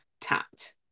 tat